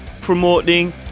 promoting